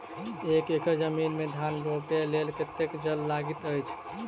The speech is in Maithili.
एक एकड़ जमीन मे धान रोपय लेल कतेक जल लागति अछि?